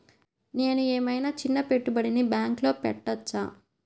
నేను ఏమయినా చిన్న పెట్టుబడిని బ్యాంక్లో పెట్టచ్చా?